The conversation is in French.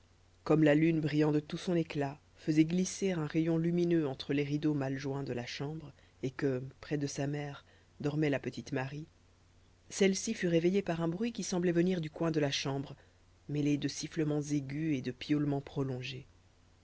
comme la lune brillant de tout son éclat faisait glisser un rayon lumineux entre les rideaux mal joints de la chambre et que près de sa mère dormait la petite marie celle-ci fut réveillée par un bruit qui semblait venir du coin de la chambre mêlé de sifflements aigus et de piaulements prolongés